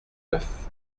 neuf